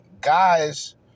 guys